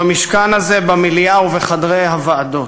במשכן הזה, במליאה ובחדרי הוועדות.